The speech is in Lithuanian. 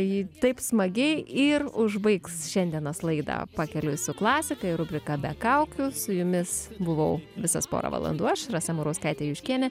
ji taip smagiai ir užbaigs šiandienos laidą pakeliui su klasika ir rubrika be kaukių su jumis buvau visas porą valandų aš rasa murauskaitė juškienė